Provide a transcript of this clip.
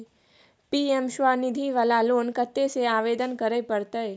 PM Svanidhi वाला loan कत्ते से आवेदन करे परतै?